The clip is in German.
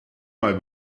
mal